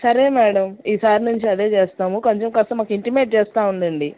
సరే మేడం ఈసారి నుంచి అదే చేస్తాము కొంచెం కాస్త మాకు ఇంటిమేట్ చేస్తు ఉండండి